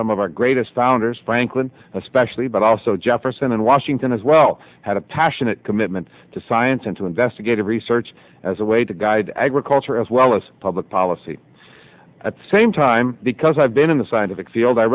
some of our greatest founders franklin especially but also jefferson and washington as well had a passionate commitment to science and to investigative research as a way to guide agriculture as well as public policy at the same time because i've been in the scientific field i